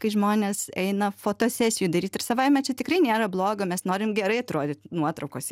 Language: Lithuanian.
kai žmonės eina fotosesijų daryt ir savaime čia tikrai nėra blogio mes norim gerai atrodyt nuotraukose